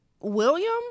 William